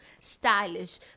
stylish